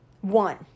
one